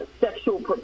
sexual